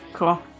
cool